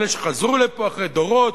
אלה שחזרו לפה אחרי דורות,